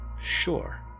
Sure